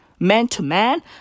Man-to-man